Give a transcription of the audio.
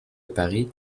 paris